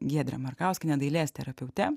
giedre markauskiene dailės terapeute